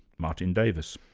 martin davies.